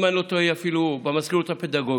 אם אני לא טועה היא אפילו במזכירות הפדגוגית,